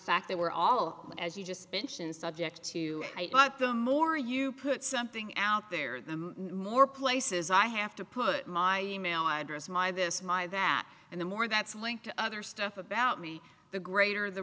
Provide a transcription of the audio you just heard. fact they were all as you just mentioned subject to it but the more you put something out there the more places i have to put my email address my this my that and the more that's linked to other stuff about me the greater the